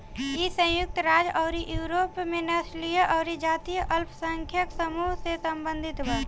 इ संयुक्त राज्य अउरी यूरोप में नस्लीय अउरी जातीय अल्पसंख्यक समूह से सम्बंधित बा